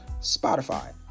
Spotify